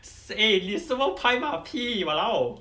seh you super 拍马屁 !walao!